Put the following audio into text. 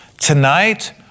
Tonight